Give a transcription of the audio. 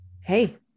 Hey